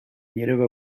native